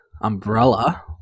umbrella